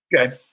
Okay